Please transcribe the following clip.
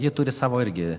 jie turi savo irgi